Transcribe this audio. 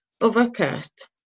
Overcast